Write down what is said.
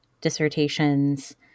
dissertations